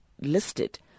listed